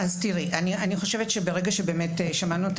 אני חושבת שברגע שבאמת שמענו,